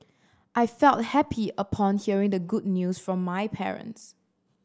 I felt happy upon hearing the good news from my parents